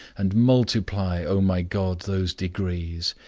and multiply, o my god, those degrees,